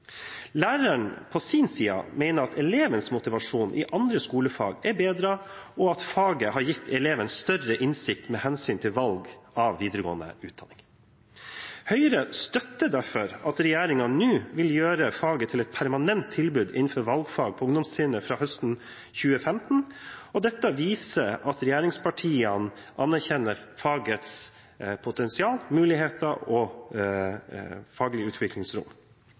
på sin side mener at elevenes motivasjon i andre skolefag er bedret, og at faget har gitt elevene større innsikt med hensyn til valg av videregående utdanning. Høyre støtter derfor at regjeringen nå vil gjøre faget til et permanent tilbud innenfor valgfag på ungdomstrinnet fra høsten 2015. Dette viser at regjeringspartiene anerkjenner fagets potensial, muligheter og faglige utviklingsrom.